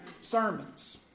sermons